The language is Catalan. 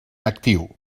actiu